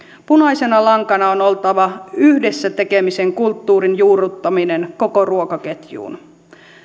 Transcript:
punaisena lankana on oltava yhdessä tekemisen kulttuurin juurruttaminen koko ruokaketjuun